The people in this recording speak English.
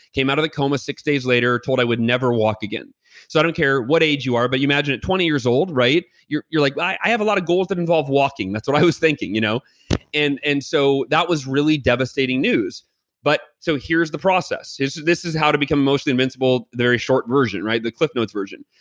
came out of the coma six days later, told i would never walk again. so i don't care what age you are, but you imagine at twenty years old, you're you're like, i i have a lot of goals that involve walking. that's what i was thinking, you know and and so that was really devastating news but so here's the process. this is how to become mostly invincible very short version. the cliffsnotes version,